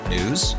News